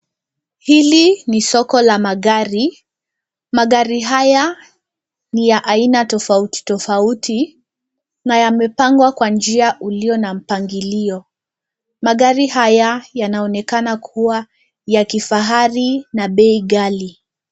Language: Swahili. Hili ni soko la magari. Magari haya ni ya aina tofautitofauti na yamepangwa kwa njia ulio na mpangilio. Magari haya yanaonekana kuwa ya kifahari na bei gali.